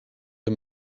amb